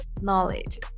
knowledge